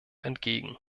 entgegen